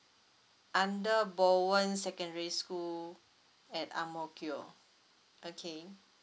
under bowen secondary school at ang mo kio okay